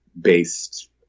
based